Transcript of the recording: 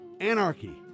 Anarchy